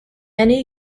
are